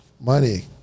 money